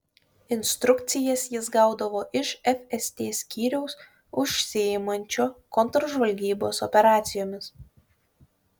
instrukcijas jis gaudavo iš fst skyriaus užsiimančio kontržvalgybos operacijomis